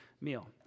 meal